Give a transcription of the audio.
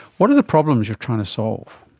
what are the problems you're trying to solve?